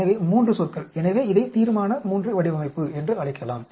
எனவே 3 சொற்கள் எனவே இதை தீர்மான III வடிவமைப்பு என்று அழைக்கலாம்